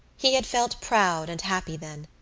he had felt proud and happy then,